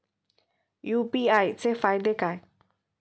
UPI चे फायदे काय?